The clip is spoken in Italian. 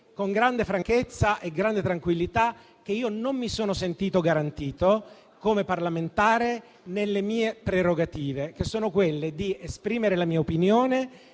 con grande franchezza e grande tranquillità, che non mi sono sentito garantito, come parlamentare, nelle mie prerogative, che sono quelle di esprimere la mia opinione